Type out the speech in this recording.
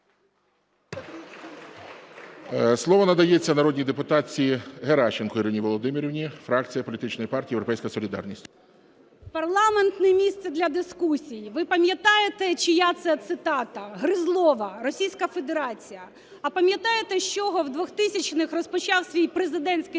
Слово надається народній депутатці Геращенко Ірині Володимирівні, фракція політичної партії "Європейська солідарність". 12:57:14 ГЕРАЩЕНКО І.В. Парламент не місце для дискусій. Ви пам'ятаєте, чия це цитата? Гризлова (Російська Федерація). А пам'ятаєте, з чого в 2000-х розпочав свій президентський